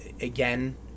again